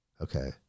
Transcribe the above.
Okay